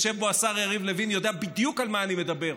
ויושב פה השר יריב לוין ויודע בדיוק על מה אני מדבר,